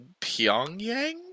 pyongyang